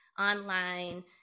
online